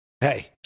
hey